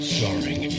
Starring